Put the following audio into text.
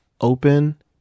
open